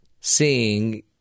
seeing